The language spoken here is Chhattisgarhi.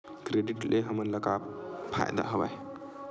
क्रेडिट ले हमन का का फ़ायदा हवय?